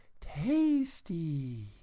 tasty